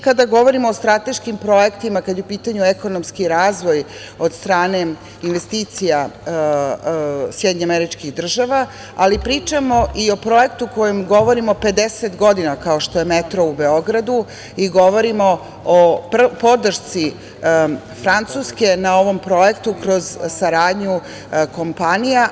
Kada govorimo o strateškim projektima kada je u pitanju ekonomski razvoj od strane investicija SAD, ali pričamo i o projektu o kom govorimo 50 godina, kao što je metro u Beogradu i govorimo o podršci Francuske na ovom projektu kroz saradnju kompanija.